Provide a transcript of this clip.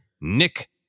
Nick